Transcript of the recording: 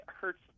hurts